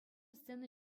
сцена